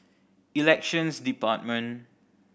Elections Department